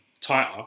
tighter